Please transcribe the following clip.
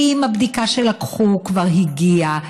האם הבדיקה שלקחו כבר הגיעה?